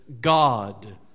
God